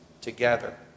together